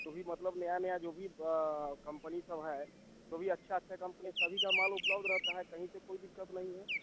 जो भी मतलब नया नया जो भी कम्पनी सब है जो भी अच्छा अच्छा कम्पनी सभी का माल उपलब्ध रहता है कहीं से कोई दिक्कत नहीं है